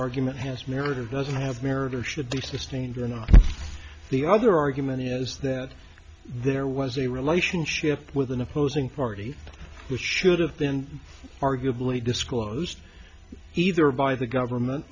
argument has merit it doesn't have merit or should be sustained or not the other argument is that there was a relationship with an opposing party which should have been arguably disclosed either by the government